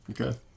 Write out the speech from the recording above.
Okay